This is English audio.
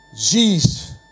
Jesus